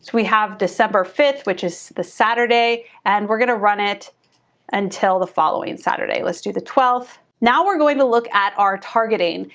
we have december fifth, which is the saturday, and we're gonna run it until the following saturday. let's do the twelfth. now we're going to look at our targeting.